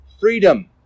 freedom